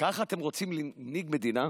ככה אתם רוצים להנהיג מדינה?